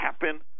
happen